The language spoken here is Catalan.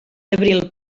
abril